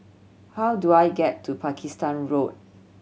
how do I get to Pakistan Road